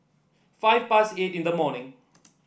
five past eight in the morning